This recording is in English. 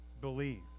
believe